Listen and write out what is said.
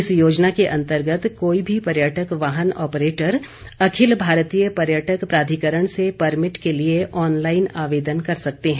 इस योजना के अन्तर्गत कोई भी पर्यटक वाहन ऑपरेटर अखिल भारतीय पर्यटक प्राधिकरण से परमिट के लिए ऑनलाइन आवेदन कर सकते हैं